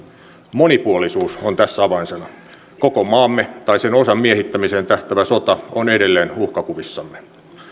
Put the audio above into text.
monipuolisuus on tässä avainsana koko maamme tai sen osan miehittämiseen tähtäävä sota on edelleen uhkakuvissamme